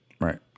Right